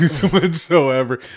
whatsoever